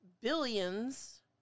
billions